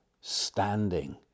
standing